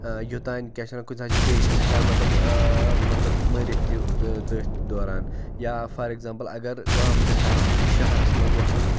یوٚتانۍ کیاہ چھِ وَنان کُنہ ساتہٕ چھِ پیشَنٹ ہیٚکان مَطلَب مَطلَب مٔرِتھ تہِ تتھ دوران یا فار ایٚگزامپل اگر گامہٕ پیٚٹھٕ آسہِ شَہرَس مَنٛز وَسُن